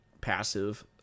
passive